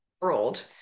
world